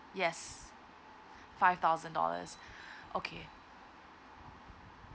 yes five thousand dollars okay